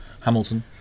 Hamilton